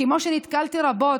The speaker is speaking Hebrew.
כמו שנתקלתי רבות,